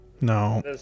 no